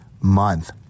month